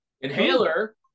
Inhaler